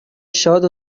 شاد